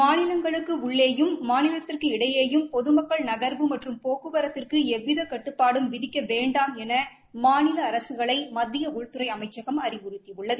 மாநிலங்களுக்கு உள்ளேயும் மாநிலத்திற்கு இடையேயான பொதுமக்கள் நகர்வு மற்றும் போக்குவரத்திற்கு எவ்வித கட்டுப்பாடும் விதிக்க வேண்டாம் என மாநில அரசுகளை மத்திய உள்துறை அமைச்சகம் அறிவுறுத்தியுள்ளது